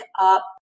up